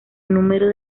número